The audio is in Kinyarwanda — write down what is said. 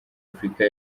afurika